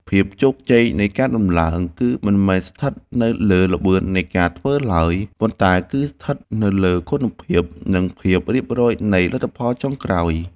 ភាពជោគជ័យនៃការដំឡើងគឺមិនមែនស្ថិតនៅលើល្បឿននៃការធ្វើឡើយ ប៉ុន្តែគឺស្ថិតនៅលើគុណភាព និងភាពរៀបរយនៃលទ្ធផលចុងក្រោយ។